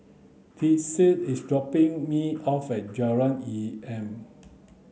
Lizeth is dropping me off at Jalan Enam